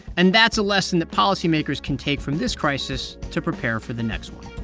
and that's a lesson that policymakers can take from this crisis to prepare for the next one